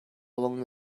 along